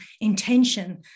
intention